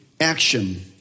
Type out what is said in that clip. action